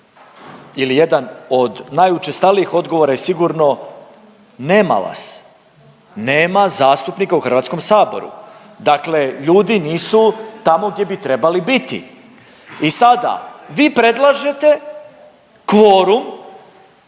ili jedan od najučestalijih odgovora je sigurno, nema vas. Nema zastupnika u Hrvatskom saboru, dakle ljudi nisu tamo gdje bi trebali biti. I sada vi predlažete kvorum,